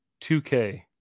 2k